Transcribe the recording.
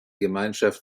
gemeinschaft